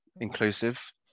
inclusive